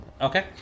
okay